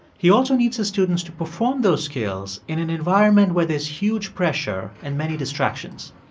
he also needs his students to perform those skills in an environment where there's huge pressure and many distractions.